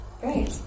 Great